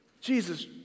Jesus